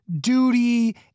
duty